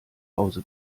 hause